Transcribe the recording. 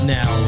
Now